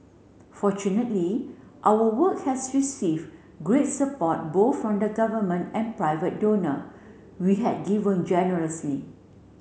fortunately our work has received great support both from the Government and private donor we had given generously